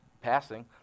Passing